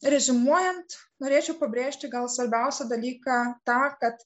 reziumuojant norėčiau pabrėžti gal svarbiausią dalyką tą kad